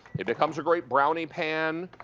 it becomes a great brownie pan.